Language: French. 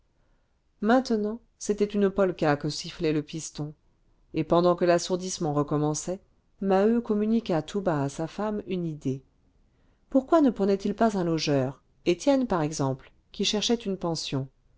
maintenant c'était une polka que sifflait le piston et pendant que l'assourdissement recommençait maheu communiqua tout bas à sa femme une idée pourquoi ne prenaient-ils pas un logeur étienne par exemple qui cherchait une pension